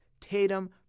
Tatum